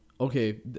Okay